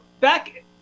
back